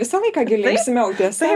visą laiką gi linksmiau tiesa